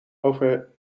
over